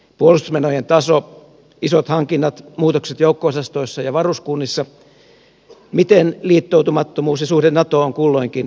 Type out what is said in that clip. puolustusmenojen tasoa isoja hankintoja muutoksia joukko osastoissa ja varuskunnissa sitä miten liittoutumattomuus ja suhde natoon kulloinkin määritellään